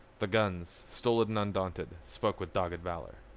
the guns, stolid and undaunted, spoke with dogged valor.